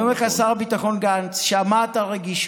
אני אומר לך ששר הביטחון גנץ שמע את הרגישות,